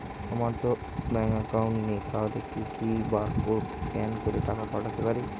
আমারতো bank account নেই তাহলে কি কি বারকোড স্ক্যান করে টাকা পাঠাতে পারি?